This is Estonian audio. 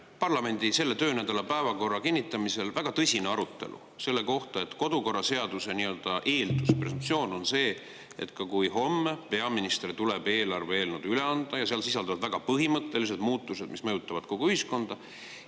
parlamendi selle töönädala päevakorra kinnitamisel väga tõsine arutelu selle üle, et kodukorra seaduses on nii-öelda eeldus, presumptsioon, et kui homme tuleb peaminister eelarve eelnõu üle andma ja seal sisalduvad väga põhimõttelised muutused, mis mõjutavad kogu ühiskonda,